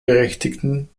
berechtigten